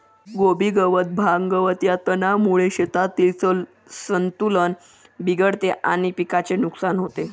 कोबी गवत, भांग, गवत या तणांमुळे शेतातील संतुलन बिघडते आणि पिकाचे नुकसान होते